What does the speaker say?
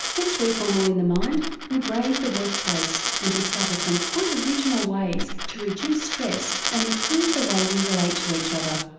next week on all in the mind we brave the workplace and discover some quite original ways to reduce stress and improve the way we relate to each other.